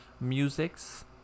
Musics